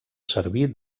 servir